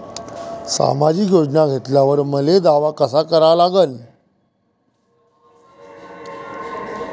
सामाजिक योजना घेतल्यावर मले दावा कसा करा लागन?